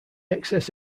excess